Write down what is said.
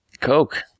Coke